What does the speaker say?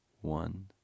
One